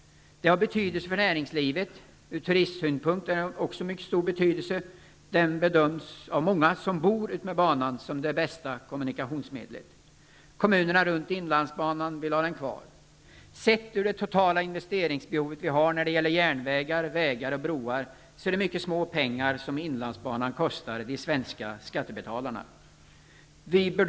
Den har betydelse för näringslivet. Också från turistsynpunkt har den mycket stor betydelse. Inlandsbanan bedöms, det säger många som bor utmed banan, vara den bästa kommunikationen. Sett till det totala investeringsbehovet när det gäller järnvägar, vägar och broar är kostar inlandsbanan de svenska skattebetalarna mycket litet pengar.